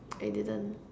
I didn't